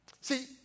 See